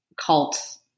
cults